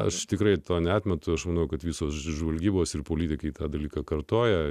aš tikrai to neatmetu aš manau kad visos žvalgybos ir politikai tą dalyką kartoja